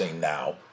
now